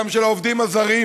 גם של העובדים הזרים,